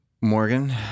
Morgan